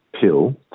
pill